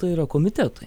tai yra komitetai